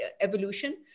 evolution